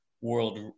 world